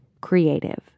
creative